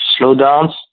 slowdowns